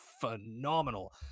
phenomenal